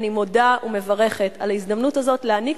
אני מודה ומברכת על ההזדמנות הזאת להעניק